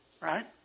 right